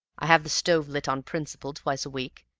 i have the stove lit on principle twice a week,